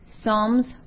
Psalms